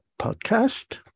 podcast